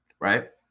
Right